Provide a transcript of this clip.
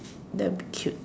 that would be cute